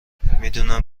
میدونم